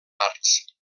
arts